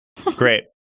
Great